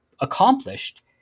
accomplished